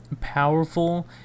powerful